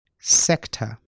Sector